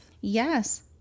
Yes